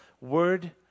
word